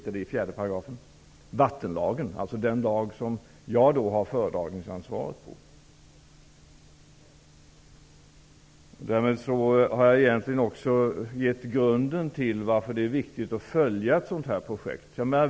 Vattenlagen är ju också den lag som jag har föredragningsansvaret för. Därmed har jag gett grunden till varför det är viktigt att följa ett sådan projekt.